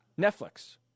Netflix